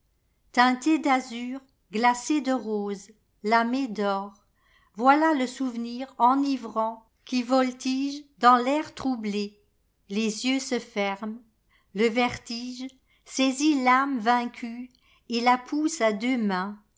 teintés d'azur glacés de rose lamés d or voilà le souvenir enivrant qui voltigedans l'air troublé les yeux se ferment le vertigesaisit l'âme vaincue et la pousse à